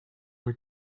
were